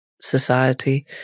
society